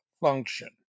function